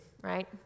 right